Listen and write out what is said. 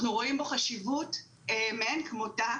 אנחנו רואים בו חשיבות גדולה מאין כמותה.